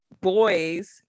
boys